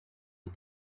die